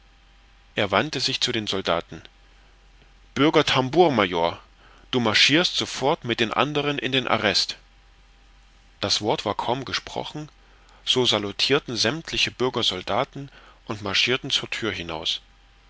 er wandte sich zu den soldaten bürger tambour major du marschirst sofort mit den andern in den arrest das wort war kaum gesprochen so salutirten sämmtliche bürger soldaten und marschirten zur thür hinaus